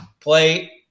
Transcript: play